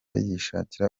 yishakira